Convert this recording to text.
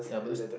ya but those